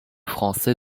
français